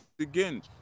again